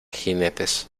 jinetes